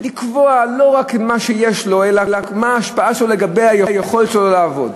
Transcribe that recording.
לקבוע לא רק את מה שיש לו אלא מה ההשפעה לגבי היכולת שלו לעבוד,